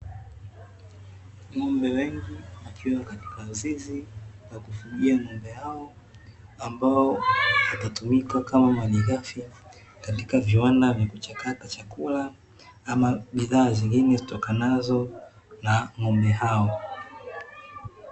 Ng'ombe wengi wakiwa katika zizi la kufugia ng'ombe hao, ambao watatumika kama malighafi katika viwanda vya kuchakata chakula ama bidhaa zingine zitokanazo na ng'ombe hao.